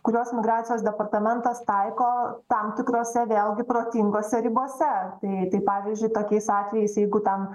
kuriuos migracijos departamentas taiko tam tikrose vėlgi protingose ribose tai tai pavyzdžiui tokiais atvejais jeigu ten